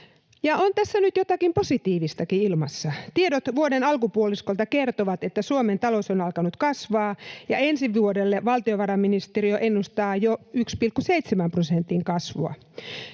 On tässä nyt jotakin positiivistakin ilmassa: tiedot vuoden alkupuoliskolta kertovat, että Suomen talous on alkanut kasvaa, ja ensi vuodelle valtiovarainministeriö ennustaa jo 1,7 prosentin kasvua.